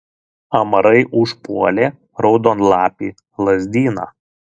amarai užpuolė raudonlapį lazdyną